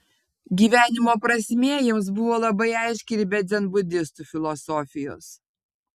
gyvenimo prasmė jiems buvo labai aiški ir be dzenbudistų filosofijos